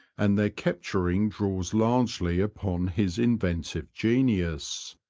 and! their capturing draws largely upon his inventive genius.